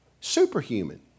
Superhuman